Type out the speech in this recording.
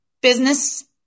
business